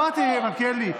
שמעתי, מלכיאלי.